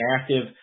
active